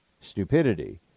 stupidity